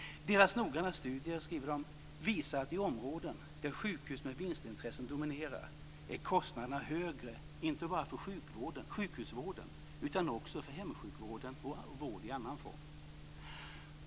Deras noggranna studie visar att i områden där sjukhus med vinstintressen dominerar är kostnaderna högre, inte bara för sjukhusvården utan också för hemsjukvården och vård i annan form.